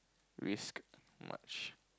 risk much